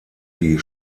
die